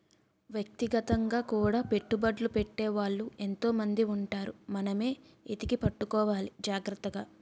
వ్యక్తిగతంగా కూడా పెట్టుబడ్లు పెట్టే వాళ్ళు ఎంతో మంది ఉంటారు మనమే ఎతికి పట్టుకోవాలి జాగ్రత్తగా